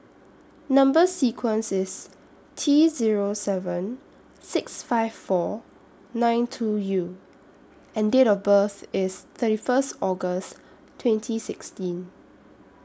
Number sequence IS T Zero seven six five four nine two U and Date of birth IS thirty First August twenty sixteen